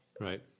Right